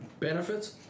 Benefits